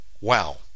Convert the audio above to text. Wow